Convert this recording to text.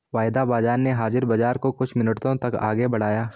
वायदा बाजार ने हाजिर बाजार को कुछ मिनटों तक आगे बढ़ाया